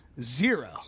Zero